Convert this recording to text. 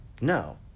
No